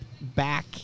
back